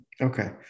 Okay